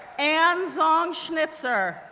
anne zong schnitzer,